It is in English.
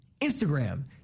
Instagram